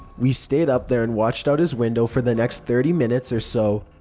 we stayed up there and watched out his window for the next thirty minutes or so.